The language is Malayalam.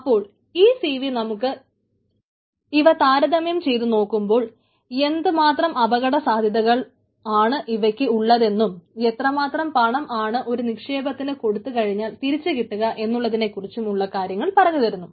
അപ്പോൾ ഈ cv നമുക്ക് ഇവ താരതമ്യം ചെയ്ത് നോക്കുമ്പോൾ എന്തു മാത്രം അപകട സാധ്യതകളാണ് ഇവക്ക് ഉള്ളതെന്നും എത്ര മാത്രം പണം ആണ് ഒരു നിക്ഷേപത്തിന് കൊടുത്തു കഴിഞ്ഞാൽ തിരിച്ചു കിട്ടുക എന്നുള്ളത്തിനെ കുറിച്ചും ഉള്ള കാര്യങ്ങൾ പറഞ്ഞു തരുന്നു